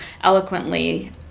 eloquently